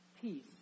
peace